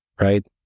right